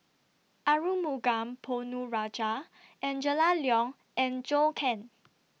Arumugam Ponnu Rajah Angela Liong and Zhou Can